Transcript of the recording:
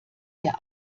der